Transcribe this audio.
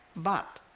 but,